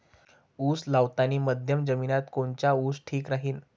उस लावतानी मध्यम जमिनीत कोनचा ऊस ठीक राहीन?